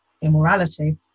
immorality